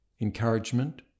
encouragement